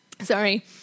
Sorry